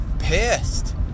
pissed